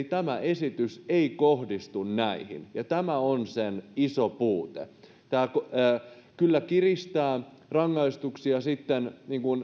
tämä esitys ei kohdistu näihin ja tämä on sen iso puute tämä kyllä kiristää rangaistuksia sitten